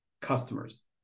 customers